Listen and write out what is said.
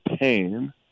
pain